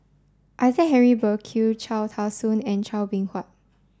Isaac Henry Burkill Cham Tao Soon and Chua Beng Huat